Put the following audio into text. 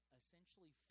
essentially